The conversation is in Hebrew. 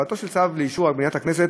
הבאתו של צו לאישור מליאת הכנסת